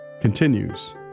continues